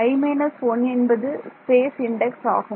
'i 1' என்பது space index ஆகும்